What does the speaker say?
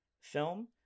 film